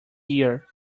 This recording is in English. ear